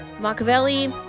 Machiavelli